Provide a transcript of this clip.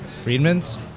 Friedman's